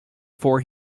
for